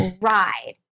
ride